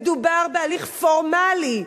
מדובר בהליך פורמלי.